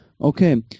okay